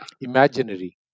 imaginary